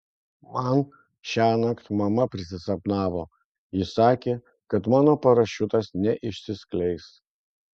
man šiąnakt mama prisisapnavo ji sakė kad mano parašiutas neišsiskleis